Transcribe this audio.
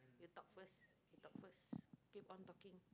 you talk first you talk first keep on talking